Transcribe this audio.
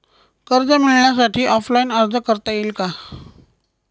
कर्ज मिळण्यासाठी ऑफलाईन अर्ज करता येईल का?